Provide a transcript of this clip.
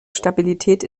stabilität